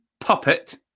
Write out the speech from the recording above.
puppet